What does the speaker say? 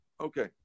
Okay